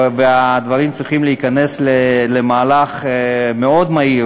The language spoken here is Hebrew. והדברים צריכים להיכנס למהלך מאוד מהיר